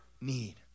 need